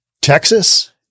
Texas